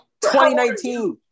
2019